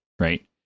right